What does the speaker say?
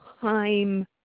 time